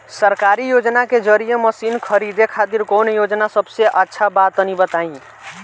सरकारी योजना के जरिए मशीन खरीदे खातिर कौन योजना सबसे अच्छा बा तनि बताई?